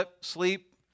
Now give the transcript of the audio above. sleep